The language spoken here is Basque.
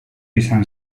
izan